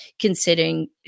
considering